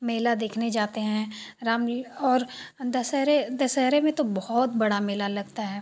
मेला देखने जाते हैं रामलीला दशहरे दशहरे में तो बहुत बड़ा बड़ा मेला लगता है